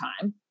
time